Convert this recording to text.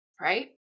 right